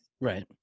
Right